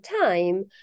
time